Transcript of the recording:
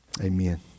amen